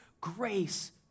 grace